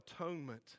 atonement